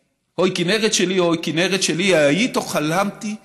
"כינרת שלי, הוי כינרת שלי, ההיית או חלמתי חלום".